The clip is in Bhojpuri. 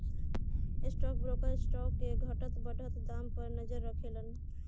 स्टॉक ब्रोकर स्टॉक के घटत बढ़त दाम पर नजर राखेलन